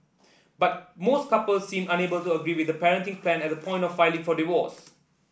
but most couples seemed unable to agree with the parenting plan at the point of filing for divorce